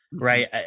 Right